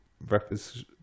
breakfast